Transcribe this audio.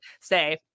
say